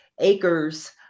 acres